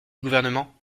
gouvernement